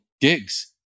gigs